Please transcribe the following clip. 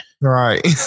Right